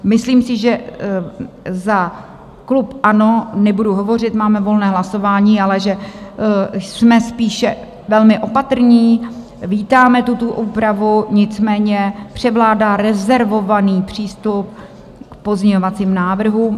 Myslím si, že za klub ANO nebudu hovořit, máme volné hlasování, ale že jsme spíše velmi opatrní, vítáme tuto úpravu, nicméně převládá rezervovaný přístup k pozměňovacím návrhům.